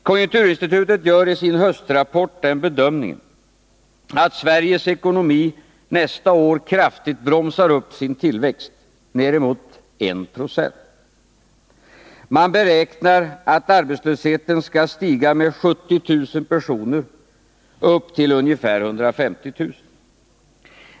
Konjunkturinstitutet gör i sin höstrapport den bedömningen att Sveriges ekonomi nästa år kraftigt bromsar upp sin tillväxt, nedemot 1 96. Man beräknar att arbetslösheten skall stiga med 70 000 personer upp till ca 150 000.